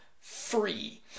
free